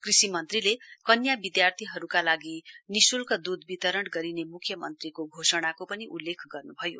कृषि मन्त्रीले कन्या विद्यार्थीहरुका लागि निशुल्क दूध वितरण गरिने मुख्यमन्त्रीको घोषणाको पनि उल्लेख गर्नुभयो